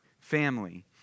family